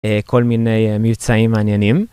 כל מיני מבצעים מעניינים.